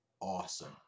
awesome